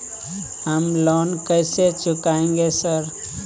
हम लोन कैसे चुकाएंगे सर?